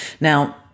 Now